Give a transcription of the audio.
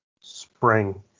spring